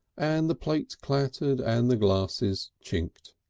and the plates clattered and the glasses chinked.